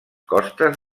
costes